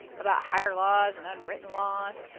about higher laws and unwritten laws.